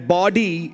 body